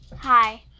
Hi